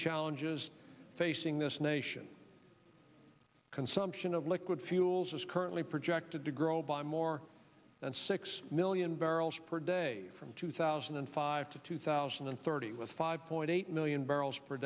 challenges facing this nation consumption of liquid fuels is currently projected to grow by more than six million barrels per day from two thousand and five to two thousand and thirty with five point eight million barrels per